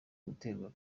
guterwa